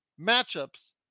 matchups